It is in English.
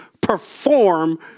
perform